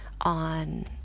on